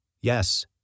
Yes